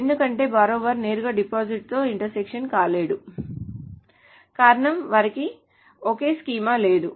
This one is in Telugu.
ఎందుకంటే బార్రోవర్ నేరుగా డిపాజిటర్తో ఇంటర్సెక్ట్ కాలేడు కారణం వారికి ఒకే స్కీమా లేదు